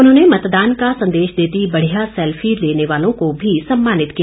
उन्होंने मतदान का संदेश देती बढ़िया सैल्फी लेने वालों को भी सम्मानित किया